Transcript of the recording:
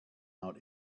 out